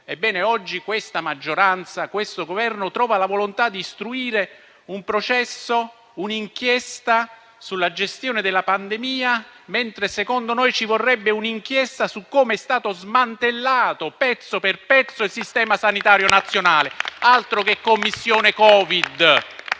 bene salute, questa maggioranza e questo Governo trovano la volontà di istruire un processo, un'inchiesta sulla gestione della pandemia, mentre secondo noi ci vorrebbe un'inchiesta su come è stato smantellato pezzo per pezzo il sistema sanitario nazionale. Altro che Commissione Covid!